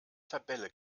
tabelle